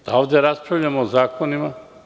Da ovde raspravljamo o zakonima.